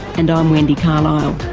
and i'm wendy carlisle.